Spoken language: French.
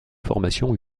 formations